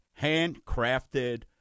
handcrafted